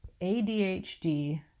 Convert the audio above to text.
ADHD